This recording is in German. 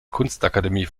kunstakademie